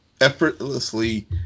effortlessly